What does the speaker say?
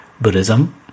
Buddhism